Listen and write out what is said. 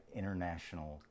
international